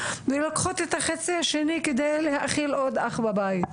ואת החצי השני הם לוקחים הביתה על מנת להאכיל עוד אח רעב.